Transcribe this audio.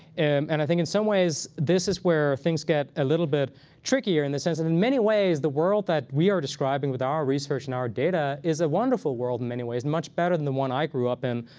and and i think in some ways, this is where things get a little bit trickier in the sense that in many ways, the world that we are describing describing with our research and our data is a wonderful world in many ways, much better than the one i grew up in,